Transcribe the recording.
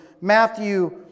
Matthew